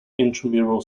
intramural